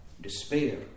despair